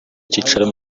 icyicaro